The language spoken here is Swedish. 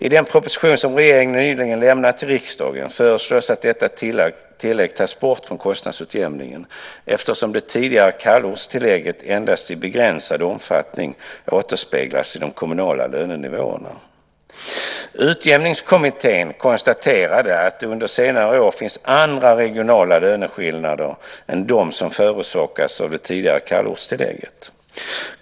I den proposition som regeringen nyligen lämnat till riksdagen föreslås att detta tillägg tas bort från kostnadsutjämningen eftersom det tidigare kallortstillägget endast i begränsad omfattning återspeglas i de kommunala lönenivåerna. Utjämningskommittén konstaterade att det under senare år finns andra regionala löneskillnader än de som förorsakats av det tidigare kallortstillägget.